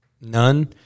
none